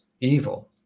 evil